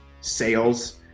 sales